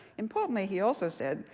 importantly, he also said,